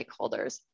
stakeholders